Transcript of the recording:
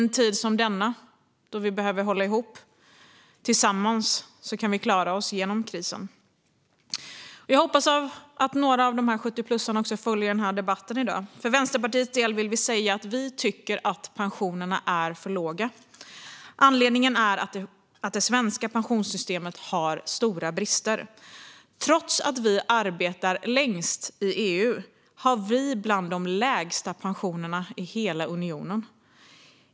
Det sker i en tid då vi behöver hålla ihop. Tillsammans kan vi klara oss genom krisen. Jag hoppas att några av dessa 70-plussare följer dagens debatt. Vi i Vänsterpartiet tycker att pensionerna är för låga. Anledningen är att det svenska pensionssystemet har stora brister. Trots att vi arbetar längst i EU har vi bland de lägsta pensionerna i hela unionen.